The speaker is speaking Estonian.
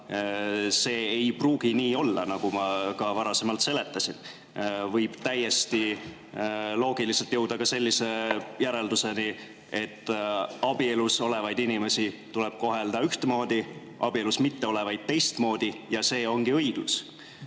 see ei pruugi nii olla, nagu ma ka varasemalt seletasin. Võib täiesti loogiliselt jõuda ka sellise järelduseni, et abielus olevaid inimesi tuleb kohelda ühtemoodi, abielus mitte olevaid teistmoodi, ja see ongi õiglus.